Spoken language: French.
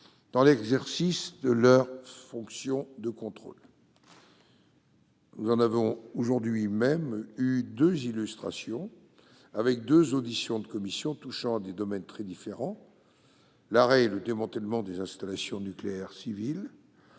dans l'exercice de leur fonction de contrôle. Nous en avions aujourd'hui même l'illustration avec deux auditions de commission touchant à des domaines très différents : l'arrêt et le démantèlement des installations nucléaires civiles